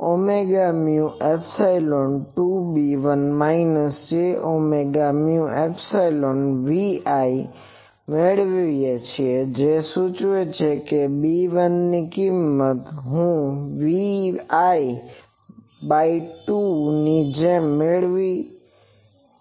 jωμϵ2B1 jωμϵVi minus J omega mu epsilon 2 B1 minus J omega mu epsilon Vi મેળવીએ છીએ જે સૂચવે છે કે B1 ની કિંમત હું Vi બાય 2 ની જેમ મેળવી છે